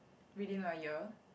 within a year